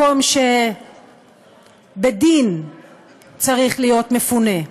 מקום שבדין צריך להיות מפונה.